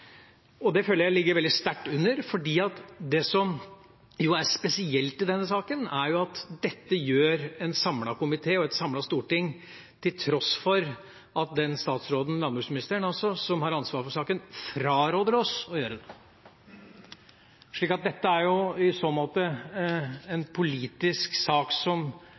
Det føler jeg ligger veldig sterkt under. Det som jo er spesielt i denne saken, er at dette gjør en samlet komité og et samlet storting – til tross for at den statsråden som har ansvaret for saken, altså landbruksministeren, fraråder oss å gjøre det. Så dette er i så måte en politisk sak som